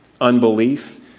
unbelief